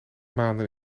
maanden